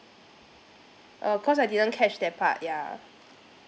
uh cause I didn't catch that part yeah